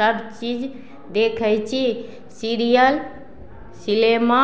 सभ चीज देखय छी सीरियल सिनेमा